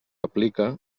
aplica